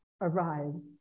arrives